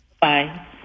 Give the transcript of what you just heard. Bye